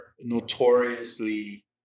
notoriously